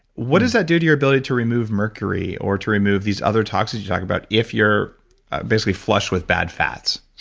what does that do to your ability to remove mercury or to remove these other toxins you talked about, if you're basically flushed with bad fats?